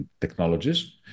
technologies